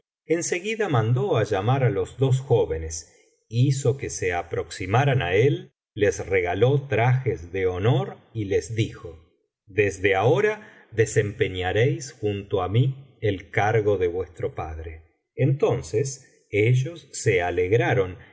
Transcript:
en seguida mandó llamar á los dos jóvenes hizo que se aproximaran á él les regaló trajes de honor y les dijo desde ahora desempeñaréis junto á mí el cargo de vuestro padre entonces ellos se alegraron